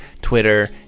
Twitter